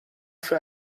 für